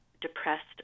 depressed